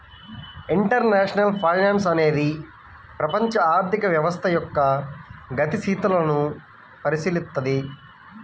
international finance అనేది ప్రపంచ ఆర్థిక వ్యవస్థ యొక్క గతిశీలతను పరిశీలిత్తది